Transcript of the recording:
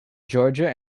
georgia